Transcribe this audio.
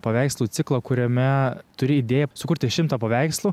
paveikslų ciklą kuriame turi idėją sukurti šimtą paveikslų